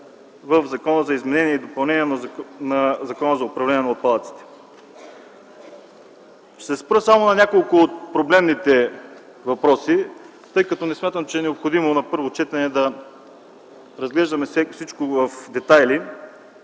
в Законопроекта за изменение и допълнение на Закона за управление на отпадъците. Ще се спра само на няколко от проблемните въпроси, тъй като не смятам, че е необходимо на първо четене да разглеждаме всичко в детайли.